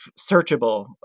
searchable